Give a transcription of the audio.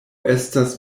estis